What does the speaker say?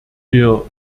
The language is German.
wir